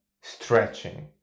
stretching